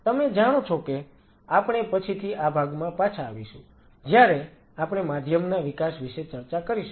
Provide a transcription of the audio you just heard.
તમે જાણો છો કે આપણે પછીથી આ ભાગમાં પાછા આવીશું જ્યારે આપણે માધ્યમના વિકાસ વિશે ચર્ચા કરીશું